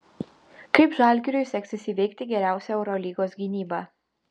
kaip žalgiriui seksis įveikti geriausią eurolygos gynybą